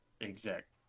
exact